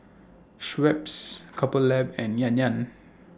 Schweppes Couple Lab and Yan Yan